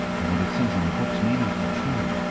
and what it says in the books may not be true.